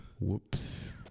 Whoops